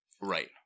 Right